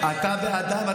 אתה בעדם?